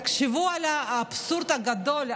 תחשבו על האבסורד הגדול,